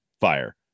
fire